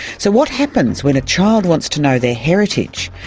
so what happens when a child wants to know their heritage,